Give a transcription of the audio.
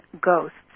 ghosts